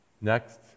Next